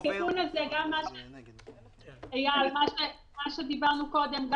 אייל, כמו שדיברנו קודם.